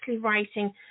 writing